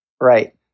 right